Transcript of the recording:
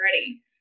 already